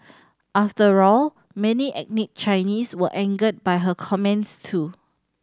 after all many ethnic Chinese were angered by her comments too